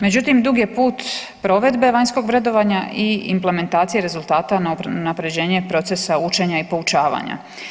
Međutim, dug je put provedbe vanjskog vrednovanja i implementacije rezultata unaprjeđenje procesa učenja i poučavanja.